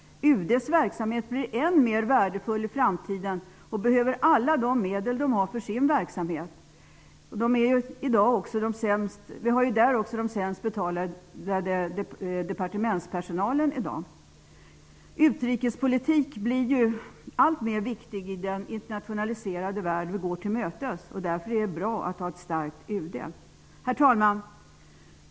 UD:s verksamhet blir än mer värdefull i framtiden och behöver alla medel för sin verksamhet. Där finns t.ex. den sämst betalda departementspersonalen. Utrikespolitiken blir alltmer viktig, i den internationaliserade värld vi går till mötes. Därför är det bra med ett starkt Herr talman!